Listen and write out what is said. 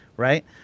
right